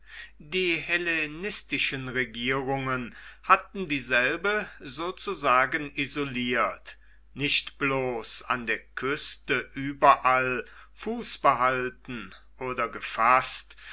die hellenistischen regierungen hatten dieselbe sozusagen isoliert nicht bloß an der küste überall fuß behalten oder gefaßt